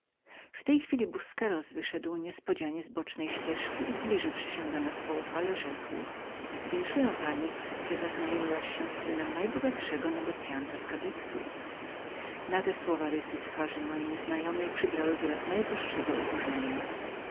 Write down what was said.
w tej chwili busqueros wyszedł niespodzianie z ubocznej ścieżki i zbliżywszy się do nas poufale rzekł winszuję pani że zaznajomiłaś się z zacnym synem najbogatszego negocyanta z kadyxu na te słowa rysy twarzy mojej nieznajomej przybrały wyraz najwyższego oburzenia